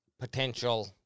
potential